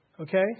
Okay